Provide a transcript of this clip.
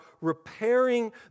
repairing